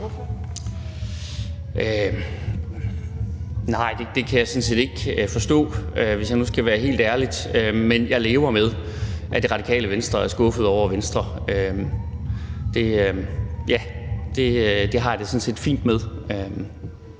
(V): Nej, det kan jeg sådan set ikke forstå, hvis jeg nu skal være helt ærlig. Men jeg lever med, at Det Radikale Venstre er skuffet over Venstre; ja, det har jeg det sådan set fint med